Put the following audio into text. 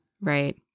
right